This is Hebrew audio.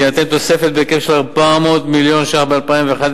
תינתן תוספת בהיקף של 400 מיליון ש"ח ב-2011,